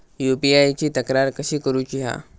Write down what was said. UPI ची तक्रार कशी करुची हा?